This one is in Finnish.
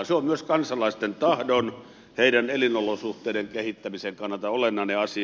se on myös kansalaisten tahdon heidän elinolosuhteidensa kehittämisen kannalta olennainen asia